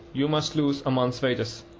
you must lose a month's wages.